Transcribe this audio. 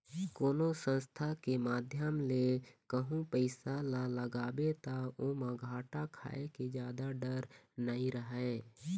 कोनो संस्था के माध्यम ले कहूँ पइसा ल लगाबे ता ओमा घाटा खाय के जादा डर नइ रहय